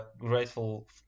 grateful